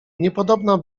niepodobna